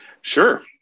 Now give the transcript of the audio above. Sure